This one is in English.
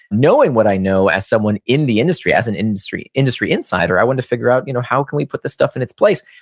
knowing what i know as someone in the industry, as an industry industry insider, i wanted to figure out, you know how can we put this stuff in its place?